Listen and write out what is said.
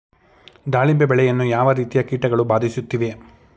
ದಾಳಿಂಬೆ ಬೆಳೆಯನ್ನು ಯಾವ ರೀತಿಯ ಕೀಟಗಳು ಬಾಧಿಸುತ್ತಿವೆ?